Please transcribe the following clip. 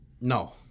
No